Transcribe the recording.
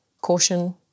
Caution